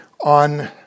on